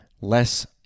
less